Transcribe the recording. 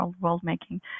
world-making